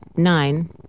Nine